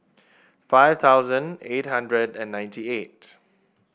five thousand eight hundred and ninety eight